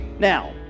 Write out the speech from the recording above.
Now